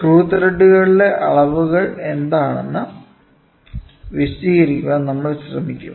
screw ത്രെഡുകളുടെ അളവുകൾ എന്താണെന്ന് വിശദീകരിക്കാൻ നമ്മൾ ശ്രമിക്കും